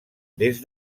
des